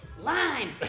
line